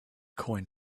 coin